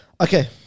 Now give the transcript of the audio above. Okay